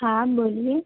हाँ बोलिए